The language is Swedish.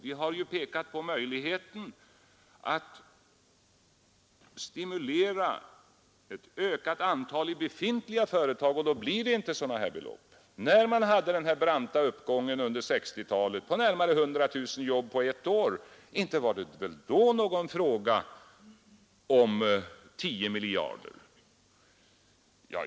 Vi har pekat på möjligheten att stimulera till ökat antal sysselsatta i befintliga företag, och då blir det inte sådana belopp. När man hade den branta uppgången under 1960-talet med närmare 100 000 jobb på ett år var det inte fråga om några 10 miljarder.